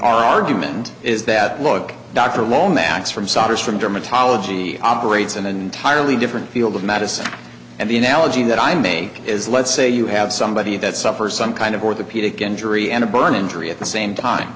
argument is that look dr lomax from solders from dermatology operates in an entirely different field of medicine and the analogy that i made is let's say you have somebody that suffers some kind of orthopedic injury and a burn injury at the same time